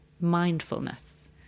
mindfulness